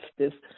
justice